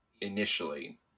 initially